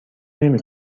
نمی